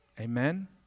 Amen